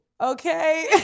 okay